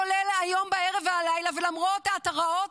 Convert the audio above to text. כולל היום בערב ובלילה ולמרות ההתרעות